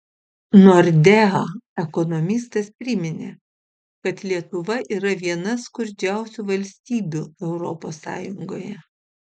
nordea ekonomistas priminė kad lietuva yra viena skurdžiausių valstybių europos sąjungoje